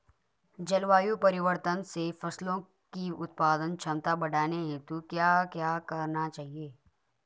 जलवायु परिवर्तन से फसलों की उत्पादन क्षमता बढ़ाने हेतु क्या क्या करना चाहिए?